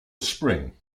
spring